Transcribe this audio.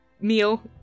meal